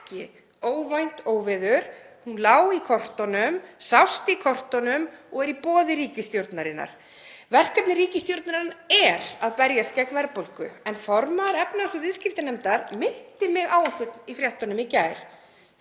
er ekki óvænt óveður. Hún lá í kortunum, sást í kortunum og er í boði ríkisstjórnarinnar. Verkefni ríkisstjórnarinnar er að berjast gegn verðbólgu en formaður efnahags- og viðskiptanefndar minnti mig á einhvern í fréttunum í gær.